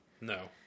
No